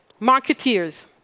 Marketeers